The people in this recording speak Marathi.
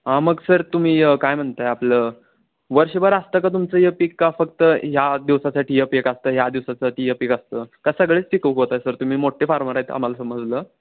हां मग सर तुम्ही काय म्हणताय आपलं वर्षभर असतं का तुमचं हे पीक का फक्त ह्या दिवसासाठी हे पीक असतं ह्या दिवसासाठी हे पीक असतं का सगळेच पीक उगवता सर तुम्ही मोठे फार्मर आहेत आम्हाला समजलं